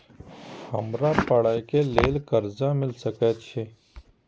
हमरा पढ़े के लेल कर्जा मिल सके छे?